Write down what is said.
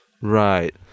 Right